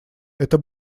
это